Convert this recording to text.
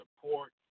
support